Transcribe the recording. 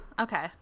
Okay